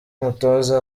umutoza